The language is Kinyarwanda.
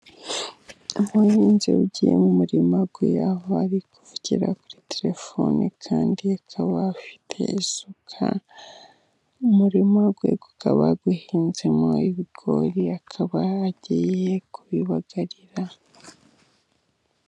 Umuhinzi ugiye mu murima ari kuvugira kuri telefoni , kandi akaba afite isuka, umurima we ukaba uhinzemo ibigori akaba agiye kubibagarira.